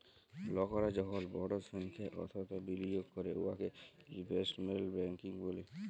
লকরা যখল বড় সংখ্যায় অথ্থ বিলিয়গ ক্যরে উয়াকে ইলভেস্টমেল্ট ব্যাংকিং ব্যলে